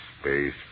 space